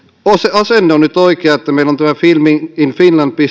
asenne on nyt oikea että meillä on tämä filminginfinland